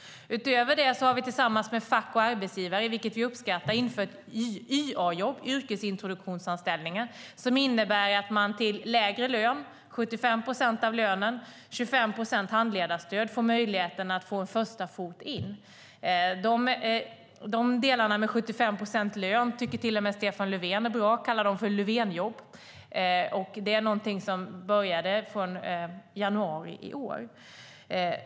Utöver det har vi tillsammans med fack och arbetsgivare - vilket vi uppskattar - infört YA-jobb, yrkesintroduktionsanställningar, som innebär att man med 75 procent av lönen och 25 procent i handledarstöd får möjlighet att få in en första fot. Delarna med 75 procent lön tycker till och med Stefan Löfven är bra och kallar Löfvenjobb. Det är något som började i januari i år.